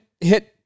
hit